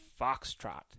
Foxtrot